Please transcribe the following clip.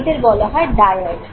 এদের বলা হয় ডায়াড